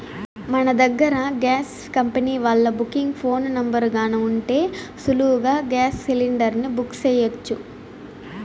మన దగ్గర gas company వాల్ల బుకింగ్ ఫోను నెంబరు గాన ఉంటే సులువుగా గేస్ సిలిండర్ని బుక్ సెయ్యొచ్చు